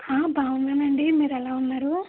బావున్నానండీ మీరెలా ఉన్నారు